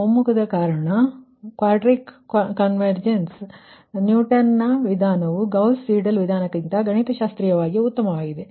ಆದ್ದರಿಂದ quadratic convergence ಕಾರಣ ನ್ಯೂಟನ್ನ ವಿಧಾನವು ಗೌಸ್ ಸೀಡೆಲ್ ವಿಧಾನಕ್ಕಿಂತ ಗಣಿತಶಾಸ್ತ್ರೀಯವಾಗಿ ಉತ್ತಮವಾಗಿದೆ